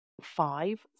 five